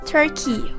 Turkey